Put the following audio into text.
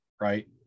right